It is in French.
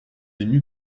ému